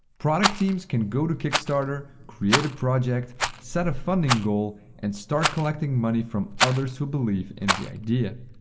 product teams can go to kickstarter, create a project, set a funding goal and start collecting money from others who believe in the idea.